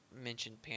mentioned